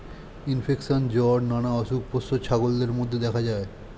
infection, জ্বর নানা অসুখ পোষ্য ছাগলদের মধ্যে দেখা যায়